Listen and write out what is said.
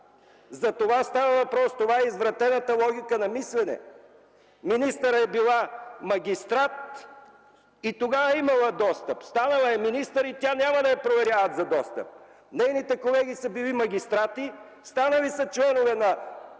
За това става въпрос! Това е извратената логика на мислене! Министърът е била магистрат и тогава е имала достъп, станала е министър и няма да я проверяват за достъп. Нейните колеги са били магистрати, станали са членове на